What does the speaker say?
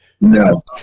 No